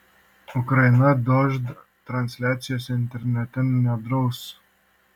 ukraina dožd transliacijos internete nedraus